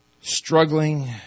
struggling